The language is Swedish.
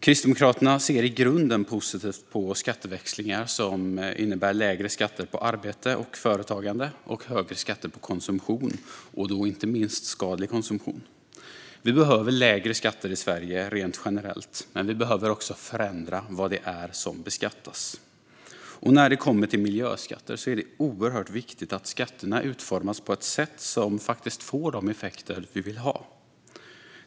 Kristdemokraterna ser i grunden positivt på skatteväxlingar som innebär lägre skatter på arbete och företagande och högre skatter på konsumtion, inte minst skadlig konsumtion. Vi behöver lägre skatter i Sverige rent generellt, men vi behöver också förändra vad det är som beskattas. Och när det kommer till miljöskatter är det oerhört viktigt att skatterna utformas på ett sätt som faktiskt får de effekter vi vill ha.